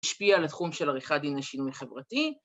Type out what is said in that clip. מ‫שפיע על תחום של עריכת דיני לשינוי חברתי.